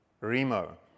Remo